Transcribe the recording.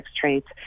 traits